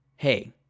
Hey